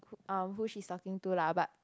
um who she's talking to lah but